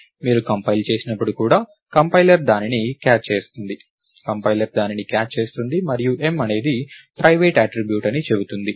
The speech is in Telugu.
మీరు కంపైల్ చేసినప్పుడు కూడా కంపైలర్ దానిని క్యాచ్ చేస్తుంది కంపైలర్ దానిని క్యాచ్ చేస్తుంది మరియు m అనేది ప్రైవేట్ అట్రిబ్యూట్ అని చెబుతుంది